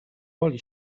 woli